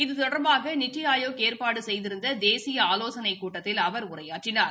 இது தொடர்பாக நித்தி ஆயோக் ஏற்பாடு செய்திருந்த தேசிய ஆலோசனைக் கூட்டத்தில் அவர் உரையாற்றினார்